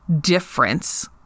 difference